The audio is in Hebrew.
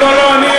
לא לא,